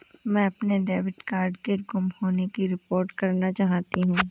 मैं अपने debit card के गुम होने की रिपोर्ट करना चाहती हूँ